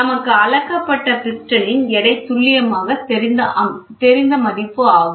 நமக்கு அளக்கப்பட்ட பிஸ்டனின் எடை துல்லியமாக தெரிந்த மதிப்பு ஆகும்